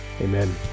Amen